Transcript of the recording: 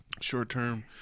Short-term